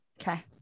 Okay